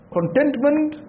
contentment